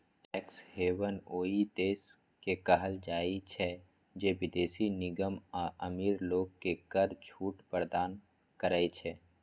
tax haven ओइ देश के कहल जाइ छै, जे विदेशी निगम आ अमीर लोग कें कर छूट प्रदान करै छै